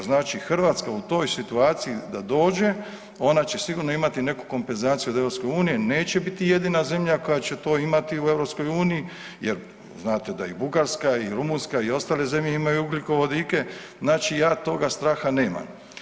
Znači Hrvatska u toj situaciji da dođe ona će sigurno imati neku kompenzaciju od EU, neće biti jedina zemlja koja će to imati u EU jer znate da i Bugarska i Rumunjska i ostale zemlje imaju ugljikovodike, znači ja toga straha nemam.